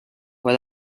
fue